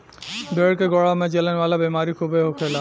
भेड़ के गोड़वा में जलन वाला बेमारी खूबे होखेला